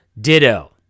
Ditto